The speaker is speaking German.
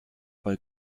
bei